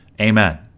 Amen